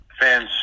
fans